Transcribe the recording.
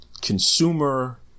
consumer